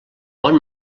bon